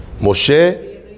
Moshe